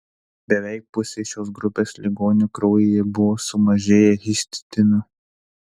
beveik pusei šios grupės ligonių kraujyje buvo sumažėję histidino